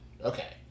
Okay